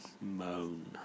moan